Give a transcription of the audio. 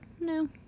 no